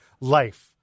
life